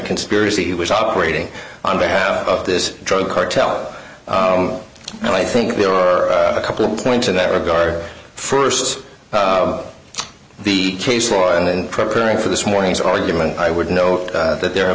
conspiracy he was operating on behalf of this drug cartel and i think there are a couple of points in that regard st the case law and preparing for this morning's argument i would note that there have